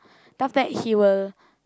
then after that he will